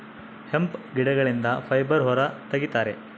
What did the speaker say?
hemp ಗಿಡಗಳಿಂದ fibre ಹೊರ ತಗಿತರೆ